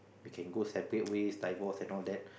we can go separate ways divorce and all that